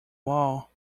wall